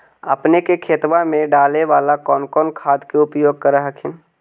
अपने के खेतबा मे डाले बाला कौन कौन खाद के उपयोग कर हखिन?